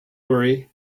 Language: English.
worry